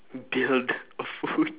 build a food